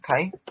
Okay